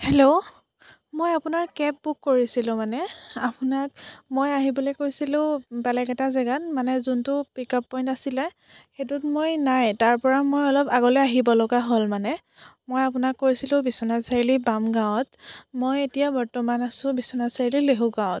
hello মই আপোনাৰ cab book কৰিছিলোঁ মানে আপোনাক মই আহিবলৈ কৈছিলোঁ বেলেগ এটা জেগাত মানে যোনটো পিকাপ পইণ্ট আছিলে সেইটোত মই নাই তাৰপৰা মই অলপ আগলৈ আহিব লগা হ'ল মানে মই আপোনাক কৈছিলোঁ বিশ্বনাথ চাৰিআলি বামগাঁৱত মই এতিয়া বৰ্তমান আছোঁ বিশ্বনাথ চাৰিআলি লেহুগাঁৱত